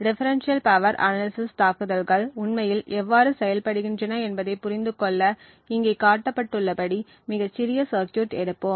differential power analysis தாக்குதல்கள் உண்மையில் எவ்வாறு செயல்படுகின்றன என்பதைப் புரிந்து கொள்ள இங்கே காட்டப்பட்டுள்ளபடி மிகச் சிறிய சர்க்யூட் எடுப்போம்